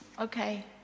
Okay